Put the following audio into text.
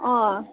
अँ